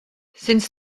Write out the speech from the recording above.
since